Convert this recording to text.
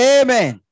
Amen